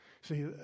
See